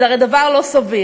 זה הרי דבר לא סביר.